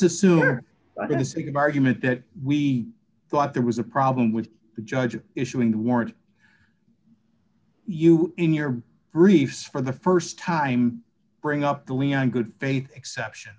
good argument that we thought there was a problem with the judges issuing the warrant you in your briefs for the st time bring up the leon good faith exception